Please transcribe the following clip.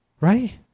right